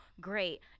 Great